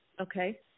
Okay